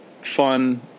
fun